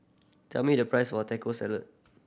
tell me the price of Taco Salad